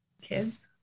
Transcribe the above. Kids